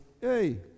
hey